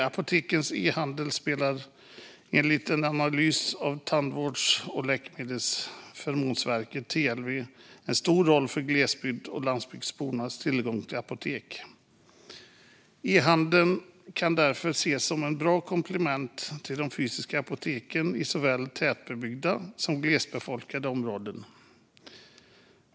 Apotekens e-handel spelar, enligt en analys från Tandvårds och läkemedelsförmånsverket, TLV, stor roll för gles och landsbygdsbornas tillgång till apotek. E-handeln kan därför ses som ett bra komplement till de fysiska apoteken i såväl tätbebyggda som glest befolkade områden.